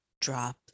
drop